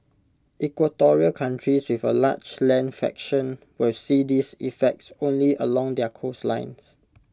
equatorial countries with A large land fraction will see these effects only along their coastlines